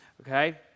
okay